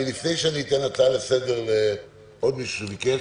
לפני שאני אתן הצעה לסדר למי שעוד ביקש,